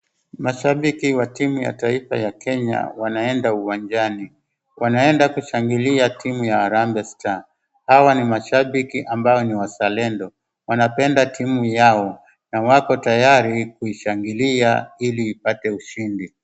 Mashabiki wa timu ya taifa ya Kenya wanaenda uwanjani. Wanaenda kushangilia timu ya Harambee Star. Hawa ni mashabiki ambao ni wazalendo, wanapenda timu yao na wako tayari kuishangilia ili ipate ushindi.